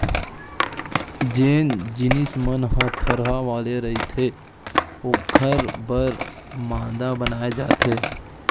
जेन जिनिस मन ह थरहा वाले रहिथे ओखर बर मांदा बनाए जाथे